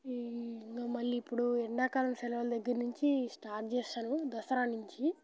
ఈ ఇంకా మళ్ళీ ఇప్పుడు ఎండాకాలం సెలవుల దగ్గర నుంచి స్టార్ట్ చేస్తాను దసరా నుంచి